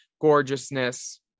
gorgeousness